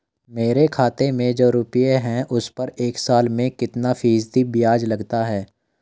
मेरे खाते में जो रुपये हैं उस पर एक साल में कितना फ़ीसदी ब्याज लगता है?